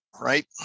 right